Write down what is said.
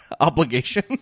obligation